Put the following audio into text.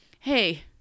hey